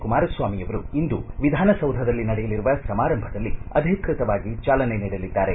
ಕುಮಾರಸ್ವಾಮಿಯವರು ಇಂದು ವಿಧಾನಸೌಧದಲ್ಲಿ ನಡೆಯಲಿರುವ ಸಮಾರಂಭದಲ್ಲಿ ಅಧಿಕೃತವಾಗಿ ಚಾಲನೆ ನೀಡಲಿದ್ದಾರೆ